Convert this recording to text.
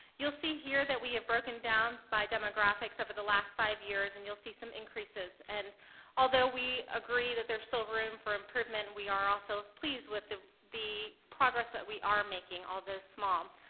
you'll see here that we have broken down by demographics over the last five years, and you'll see some increases, and although we agree that there's still room for improvement, and we are also pleased with the the progress that we are making, although small.